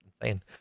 insane